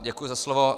Děkuji za slovo.